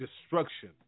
destruction